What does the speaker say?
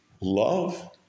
love